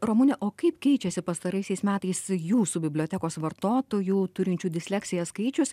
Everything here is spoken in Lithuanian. ramune o kaip keičiasi pastaraisiais metais jūsų bibliotekos vartotojų turinčių disleksiją skaičius